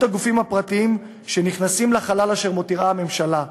הגופים הפרטיים שנכנסים לחלל אשר מותירה הממשלה,